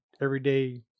everyday